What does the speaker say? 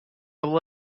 will